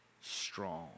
strong